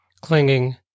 clinging